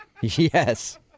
Yes